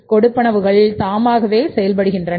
கொடுப்பனவுகள் தானாகவே செயல்படுகின்றன